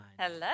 Hello